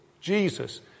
Jesus